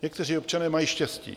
Někteří občané mají štěstí.